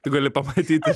tu gali pamatyti